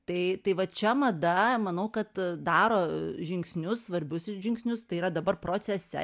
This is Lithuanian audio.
tai tai va čia mada manau kad daro žingsnius svarbius žingsnius tai yra dabar procese